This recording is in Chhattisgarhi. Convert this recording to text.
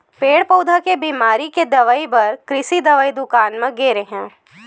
पेड़ पउधा के बिमारी के दवई बर कृषि दवई दुकान म गे रेहेंव